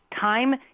time